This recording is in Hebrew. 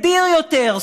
מדיר יותר,